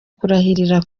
kurahirira